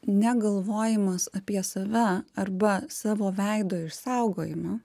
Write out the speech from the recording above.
ne galvojimas apie save arba savo veido išsaugojimą